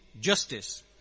Justice